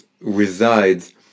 resides